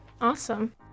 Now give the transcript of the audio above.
Awesome